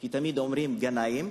כי תמיד אומרים גנאים,